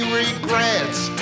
regrets